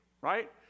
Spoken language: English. Right